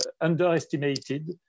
underestimated